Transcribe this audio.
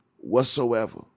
whatsoever